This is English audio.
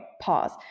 pause